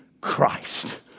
Christ